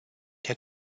der